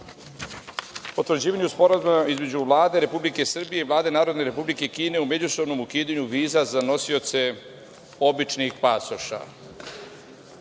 potvrđivanju sporazuma između Vlade Republike Srbije i Vlade Narodne Republike Kine u međusobnom ukidanju viza za nosioce običnih pasoša. Odbor